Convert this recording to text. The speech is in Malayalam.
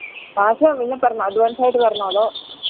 കാശ് പിന്നെ തരണോ അഡ്വാന്സ് ആയിട്ട് തരണോ അതോ